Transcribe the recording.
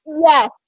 Yes